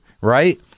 Right